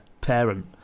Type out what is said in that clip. parent